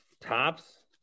Tops